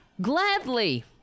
gladly